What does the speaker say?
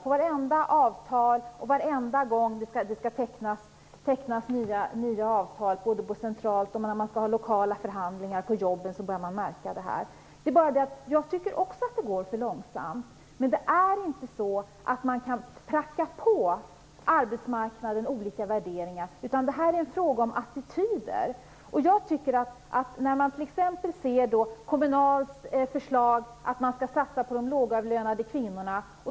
Vid varenda avtal, varenda gång det skall tecknas nya avtal centralt och när man skall ha lokala förhandlingar på jobben börjar man märka detta. Jag tycker också att det går för långsamt. Men man kan inte pracka på arbetsmarknaden olika värderingar. Det är en fråga om attityder. Man kan t.ex. se på Kommunals förslag att man skall satsa på de lågavlönade kvinnorna.